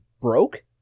broke